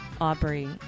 Aubrey